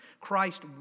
Christ